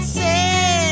say